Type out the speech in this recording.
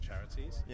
charities